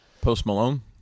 Post-Malone